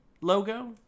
logo